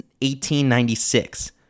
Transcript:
1896